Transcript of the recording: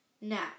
Now